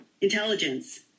intelligence